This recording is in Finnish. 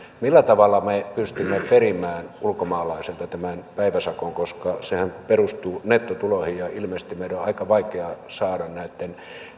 millä tavalla me pystymme perimään ulkomaalaiselta tämän päiväsakon koska sehän perustuu nettotuloihin ja ilmeisesti meidän on aika vaikea saada näitten